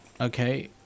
okay